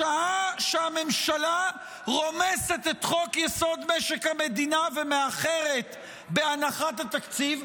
בשעה שהממשלה רומסת את חוק-יסוד: משק המדינה ומאחרת בהנחת התקציב,